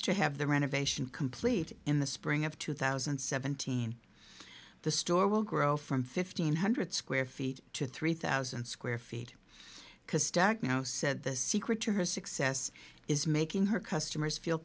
to have the renovation complete in the spring of two thousand and seventeen the store will grow from fifteen hundred square feet to three thousand square feet because derek now said the secret to her success is making her customers feel